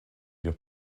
your